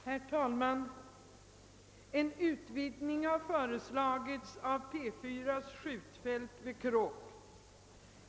Herr talman! Det har föreslagits en utvidgning av P 4:s skjutfält vid Kråk.